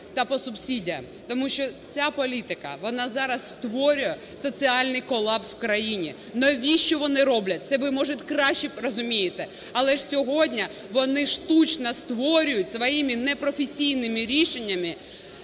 тому що ця політика, вона зараз створює соціальний колапс в країні. Навіщо вони роблять, це ви, може, краще розумієте, але ж сьогодні вони штучно створюють своїми непрофесійними рішеннями